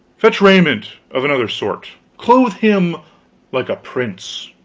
fetch raiment of another sort clothe him like a prince!